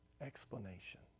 explanation